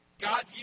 God